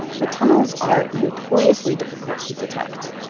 but tunnels are notoriously difficult to detect,